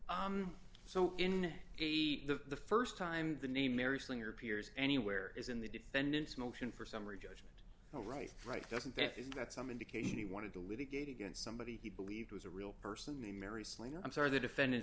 sue so in a the st time the name mary slinger appears anywhere is in the defendant's motion for summary judgment oh right right doesn't that isn't that some indication he wanted to litigate against somebody he believed was a real person named mary slater i'm sorry the defendant